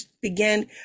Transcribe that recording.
began